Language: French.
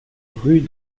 rue